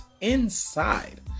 inside